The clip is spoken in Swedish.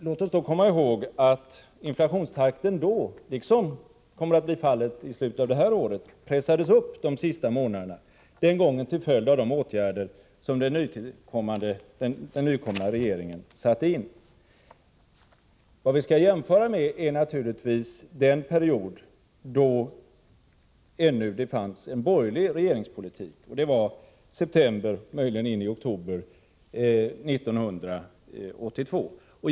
Låt oss komma ihåg att inflationstakten då — liksom kommer att bli fallet i slutet av detta år — pressades upp de sista månaderna. Den gången skedde det till följd av de åtgärder som den nytillträdda regeringen satte in. Vad vi skall jämföra med är naturligtvis den period då det ännu fanns en borgerlig regeringspolitik. Det var under september, möjligen in i oktober 1982.